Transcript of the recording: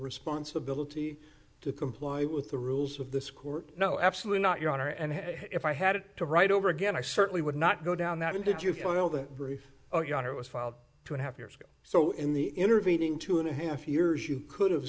responsibility to comply with the rules of this court no absolutely not your honor and if i had it to write over again i certainly would not go down that and did you file the brief or your honor was filed two and a half years ago so in the intervening two and a half years you could have